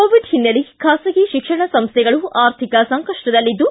Covid ಹಿನ್ನೆಲೆ ಖಾಸಗಿ ಶಿಕ್ಷಣ ಸಂಸ್ಥೆಗಳು ಆರ್ಥಿಕ ಸಂಕ ದಲ್ಲಿದ್ದು